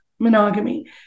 monogamy